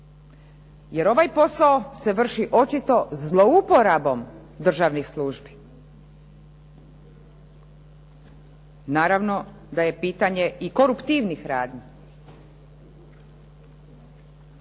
jer ovaj posao se vrši očito zlouporabom državnih službi. Naravno da je pitanje i koruptivnih radnji.